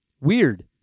Weird